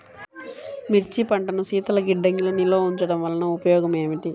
మిర్చి పంటను శీతల గిడ్డంగిలో నిల్వ ఉంచటం వలన ఉపయోగం ఏమిటి?